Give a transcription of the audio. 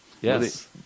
Yes